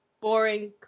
boring